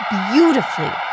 beautifully